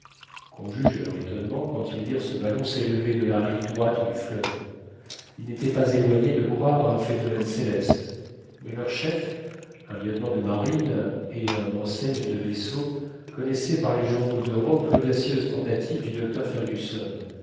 qu'on juge de leur étonnement quand ils virent ce ballon s'élever de la rive droite du fleuve ils n'étaient pas éloignés de croire à un phénomène céleste mais leurs chefs un lieutenant de marine et un enseigne de vaisseau connaissaient par les journaux d'europe l'audacieuse tentative du docteur fergusson